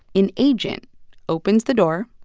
an agent opens the door.